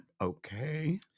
Okay